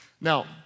Now